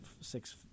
six